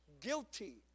Guilty